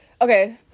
Okay